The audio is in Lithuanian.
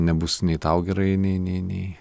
nebus nei tau gerai nei nei nei